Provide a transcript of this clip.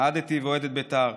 אהדתי ואוהד את בית"ר,